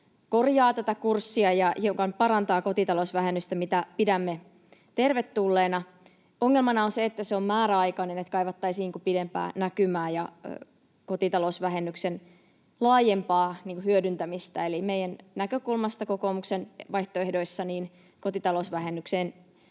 korjaa tätä kurssia ja hiukan parantaa kotitalousvähennystä, mitä pidämme tervetulleena. Ongelmana on se, että se on määräaikainen, ja kaivattaisiin pidempää näkymää ja kotitalousvähennyksen laajempaa hyödyntämistä. Eli meidän näkökulmasta kokoomuksen vaihtoehdoissa kotitalousvähennystä